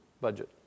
Budget